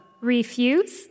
Refuse